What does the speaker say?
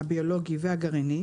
הביולוגי והגרעיני),